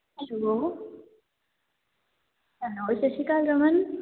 hello ਸਤਿ ਸ਼੍ਰੀ ਅਕਾਲ ਰਮਨ